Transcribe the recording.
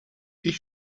ich